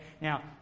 Now